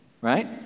right